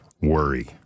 worry